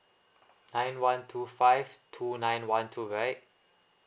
five one two five two nine one two right